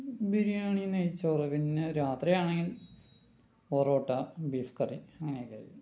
ബിരിയാണി നെയ്ച്ചോറ് പിന്നെ രാത്രി ആണെങ്കിൽ പൊറോട്ട ബീഫ് കറി അങ്ങനെയൊക്കെയായിരിക്കും